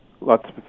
Lots